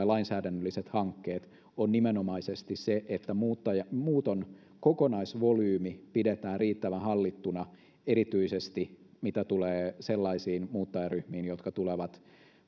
lainsäädännölliset hankkeet on nimenomaisesti se että muuton kokonaisvolyymi pidetään riittävän hallittuna erityisesti mitä tulee sellaisiin muuttajaryhmiin jotka tulevat